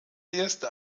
erste